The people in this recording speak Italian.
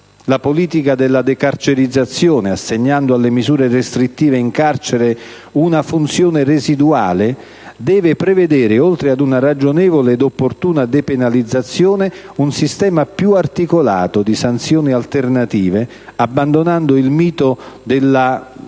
La politica della decarcerizzazione, assegnando alle misure restrittive in carcere una funzione residuale, deve prevedere oltre ad una ragionevole ed opportuna depenalizzazione, un sistema più articolato di sanzioni alternative, abbandonando il mito della "onnipotenza"